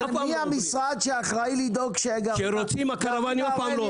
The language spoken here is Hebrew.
מי המשרד שאחראי --- הקרוואנים אף פעם לא עוברים.